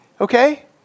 Okay